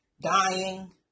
dying